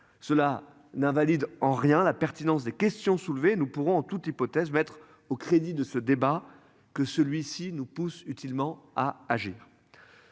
Cela n'invalide en rien la pertinence des questions soulevées, nous pourrons en toute hypothèse mettre au crédit de ce débat, que celui-ci nous pousse utilement à agir.